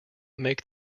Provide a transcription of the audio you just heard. make